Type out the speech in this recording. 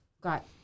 got